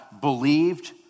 believed